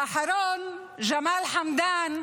האחרון הוא ג'מאל חמדאן,